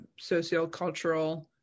sociocultural